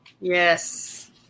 Yes